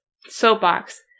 Soapbox